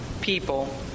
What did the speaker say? people